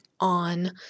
on